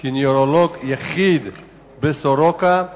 כי נוירולוג יחיד ב"סורוקה"